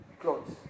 clothes